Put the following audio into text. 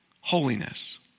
Holiness